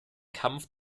kampf